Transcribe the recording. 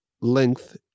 length